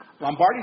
Lombardi